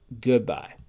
goodbye